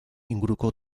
inguruko